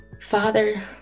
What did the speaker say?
Father